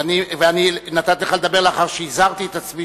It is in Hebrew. ואני נתתי לך לדבר לאחר שהזהרתי את עצמי